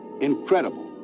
incredible